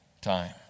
time